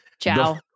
Ciao